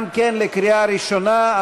גם כן לקריאה ראשונה.